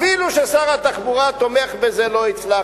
אפילו ששר התחבורה תומך בזה לא הצלחתי.